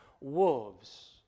wolves